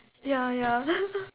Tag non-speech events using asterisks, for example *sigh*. ya ya *laughs*